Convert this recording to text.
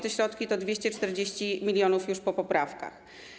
Te środki to 240 mln już po poprawkach.